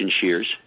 shears